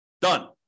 Done